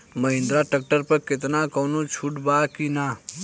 Mahindra tractor पर केतना कौनो छूट बा कि ना?